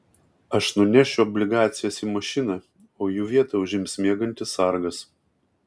aš nunešiu obligacijas į mašiną o jų vietą užims miegantis sargas